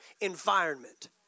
environment